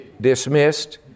dismissed